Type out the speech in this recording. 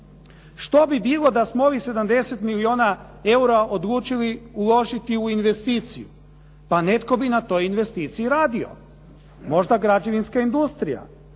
Što bi bilo da smo ovih 70 milijuna eura odlučili uložiti u investiciju? Pa netko bi na toj investiciji radio. Možda građevinska industrija,